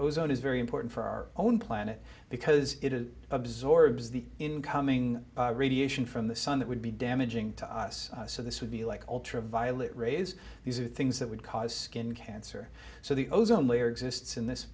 ozone is very important for our own planet because it absorbs the incoming radiation from the sun that would be damaging to us so this would be like ultraviolet rays these are things that would cause skin cancer so the ozone layer exists in this